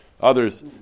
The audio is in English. others